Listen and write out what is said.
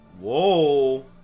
whoa